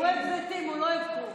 הוא אוהב זיתים, הוא לא אוהב כרוב.